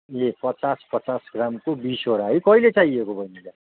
ए पचास पचास ग्रामको बिसवटा है कहिले चाहिएको बैनीलाई